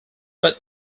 but